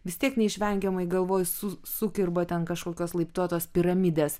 vis tiek neišvengiamai galvoj su sukirba ten kažkokios laiptuotos piramidės